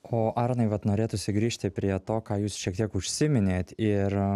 o arnai vat norėtųsi grįžti prie to ką jūs šiek tiek užsiminėt ir